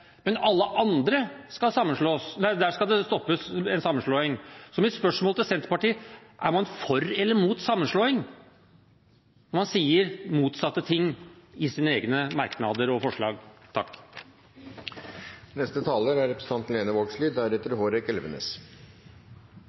skal sammenslåing stoppes. Mitt spørsmål til Senterpartiet er: Er man for eller mot sammenslåing, når man sier motsatte ting i sine egne merknader og forslag?